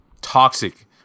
toxic